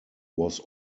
was